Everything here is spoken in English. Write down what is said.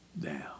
down